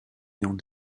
ayant